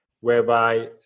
whereby